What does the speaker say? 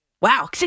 wow